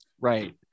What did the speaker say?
right